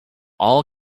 all